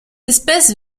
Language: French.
espèce